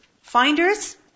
Finders